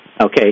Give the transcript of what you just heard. Okay